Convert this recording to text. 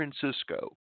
Francisco